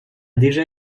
déjà